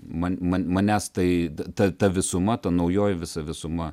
man manęs tai ta ta visuma ta naujoji visa visuma